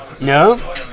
No